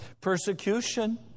persecution